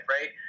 right